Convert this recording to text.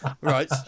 Right